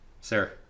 sir